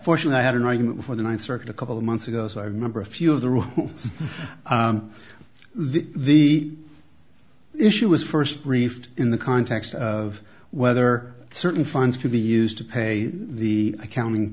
fortunate i had an argument for the ninth circuit a couple of months ago so i remember a few of the room the issue was first briefed in the context of whether certain funds could be used to pay the accounting